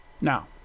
Now